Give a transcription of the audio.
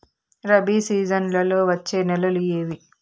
రబి సీజన్లలో వచ్చే నెలలు ఏవి?